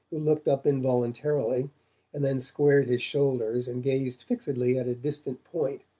who looked up involuntarily and then squared his shoulders and gazed fixedly at a distant point,